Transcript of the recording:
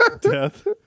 death